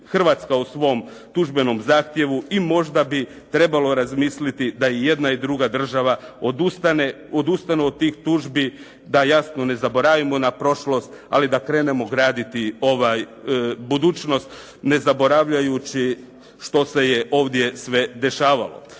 Hrvatska u svom tužbenom zahtjevu i možda bi trebalo razmisliti da i jedna i druga država odustanu od tih tužbi. Da jasno ne zaboravimo na prošlost ali da krenemo graditi ovaj, budućnost ne zaboravljajući što se je ovdje sve dešavalo.